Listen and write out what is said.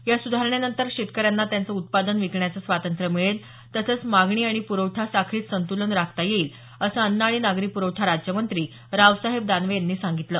या सुधारणेनंतर शेतकऱ्यांना त्यांचं उत्पादन विकण्याचं स्वातंत्र्य मिळेल तसंच मागणी आणि प्रवठा साखळीत संत्लन राखता येईल असं अन्न अणि नागरी पुरवठा राज्यमंत्री रावसाहेब दानवे यांनी सांगितलं